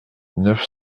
neuf